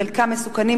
חלקם מסוכנים,